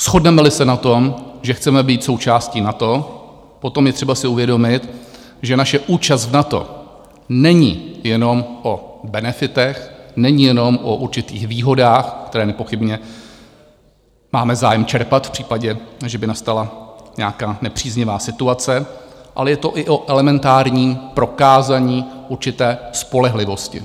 Shodnemeli se na tom, že chceme být součástí NATO, potom je třeba si uvědomit, že naše účast v NATO není jenom o benefitech, není jenom o určitých výhodách, které nepochybně máme zájem čerpat v případě, že by nastala nějaká nepříznivá situace, ale je to i o elementárním prokázaní určité spolehlivosti.